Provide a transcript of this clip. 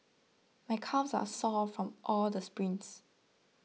my calves are sore from all the sprints